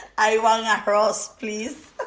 i want arroz, please